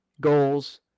goals